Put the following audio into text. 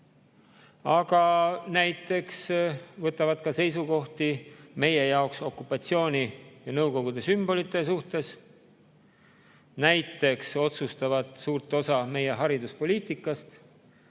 Näiteks võtavad nad ka seisukohti meie jaoks okupatsiooni ja Nõukogude sümbolite suhtes. Näiteks otsustavad suure osa üle meie hariduspoliitikast,